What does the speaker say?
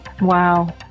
Wow